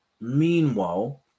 Meanwhile